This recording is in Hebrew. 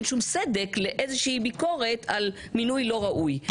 אין שום סדק לאיזושהי ביקורת על מינוי לא ראוי,